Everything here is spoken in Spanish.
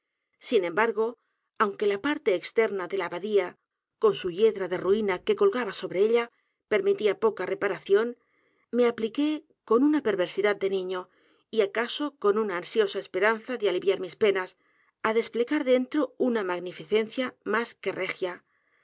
g o aunque la parte externa de la abadía con su hiedra de ruina que colgaba sobre ella permitía poca reparación me apliqué con una perversidad de niño y acaso con una ansiosa esperanza de aliviar mis penas á desplegar dentro una magnificencia más que regia